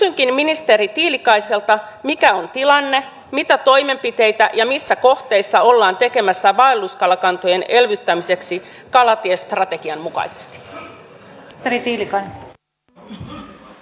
kysynkin ministeri tiilikaiselta mikä on tilanne mitä toimenpiteitä ja missä kohteissa ollaan tekemässä vaelluskalakantojen elvyttämiseksi kalatiestrategian mukaisesti